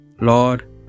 Lord